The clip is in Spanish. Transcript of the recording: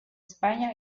españa